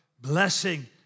Blessing